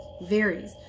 varies